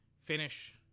finish